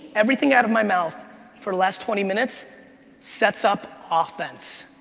everything out of my mouth for last twenty minutes sets up offense.